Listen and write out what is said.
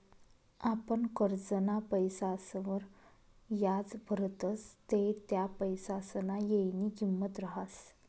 आपण करजंना पैसासवर याज भरतस ते त्या पैसासना येयनी किंमत रहास